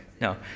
no